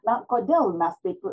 na kodėl mes taip